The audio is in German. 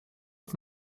auf